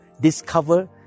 discover